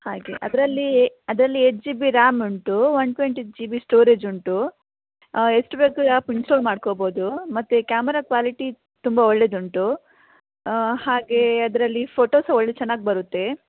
ಹಾಗೇ ಅದ್ರಲ್ಲಿ ಅದರಲ್ಲಿ ಏಟ್ ಜಿ ಬಿ ರ್ಯಾಮ್ ಉಂಟು one twenty G B storage ಉಂಟು ಎಷ್ಟು ಬೇಕು ಆಪ್ ಇನ್ಸ್ಟಾಲ್ ಮಾಡ್ಕೋಬೋದು ಮತ್ತು ಕ್ಯಾಮರ ಕ್ವಾಲಿಟಿ ತುಂಬ ಒಳ್ಳೆಯದುಂಟು ಹಾಗೇ ಅದರಲ್ಲಿ ಫೋಟೋಸ್ ಒಳ್ಳೆಯ ಚೆನ್ನಾಗಿ ಬರುತ್ತೆ